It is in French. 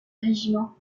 régiment